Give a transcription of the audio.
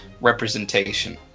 representation